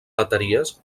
bateries